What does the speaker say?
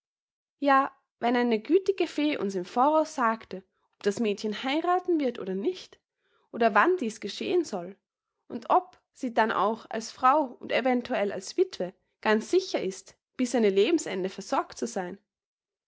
ja wenn eine gütige fee uns im voraus sagte ob das mädchen heirathen wird oder nicht oder wann dies geschehen soll und ob sie dann auch als frau und eventuell als wittwe ganz sicher ist bis an ihr lebensende versorgt zu sein